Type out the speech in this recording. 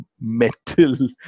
metal